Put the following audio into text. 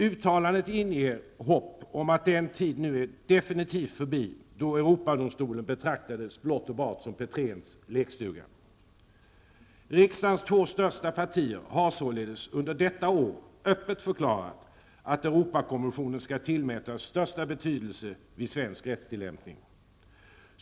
Uttalandet inger hopp om att den tid nu är definitivt förbi då Europadomstolen betraktades blott och bart som Petréns lekstuga. Riksdagens två största partier har således under detta år öppet förklarat att Europakonventionen skall tillmätas största betydelse vid svensk rättstillämpning.